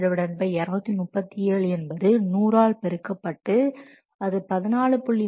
34237 என்பது 100 ஆல் பெருக்கப்பட்டு அது 14